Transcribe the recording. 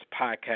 Podcast